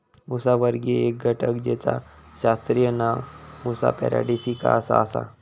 मुसावर्गीय एक घटक जेचा शास्त्रीय नाव मुसा पॅराडिसिका असा आसा